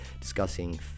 discussing